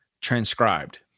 transcribed